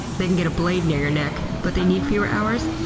they can get a blade near your neck, but they need fewer hours?